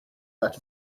that